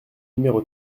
numéro